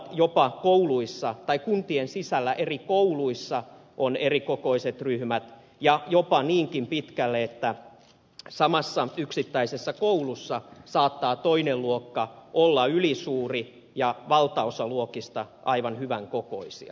jopa kuntien sisällä eri kouluissa on erikokoiset ryhmät ja jopa niinkin pitkälle että samassa yksittäisessä koulussa saattaa toinen luokka olla ylisuuri ja valtaosa luokista aivan hyvän kokoisia